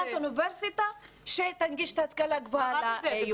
אוניברסיטה שתנגיש את ההשכלה הגבוהה ליהודים.